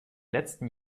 letzten